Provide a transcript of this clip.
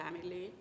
family